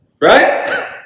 Right